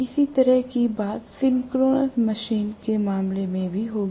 इसी तरह की बात सिंक्रोनस मशीन के मामले में भी होगी